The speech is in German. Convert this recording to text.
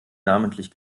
namentlich